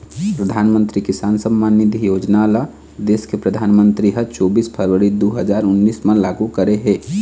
परधानमंतरी किसान सम्मान निधि योजना ल देस के परधानमंतरी ह चोबीस फरवरी दू हजार उन्नीस म लागू करे हे